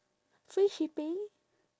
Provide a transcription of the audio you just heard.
free shipping